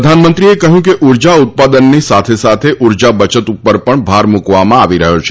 પ્રધાનમંત્રીએ કહ્યું કે ઉર્જા ઉત્પાદનની સાથે સાથે ઉર્જા બચત ઉપર પણ ભાર મૂકવામાં આવી રહ્યો છે